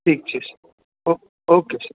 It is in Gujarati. થીક છે ઓક ઓકે